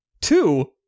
Two